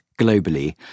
globally